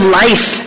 life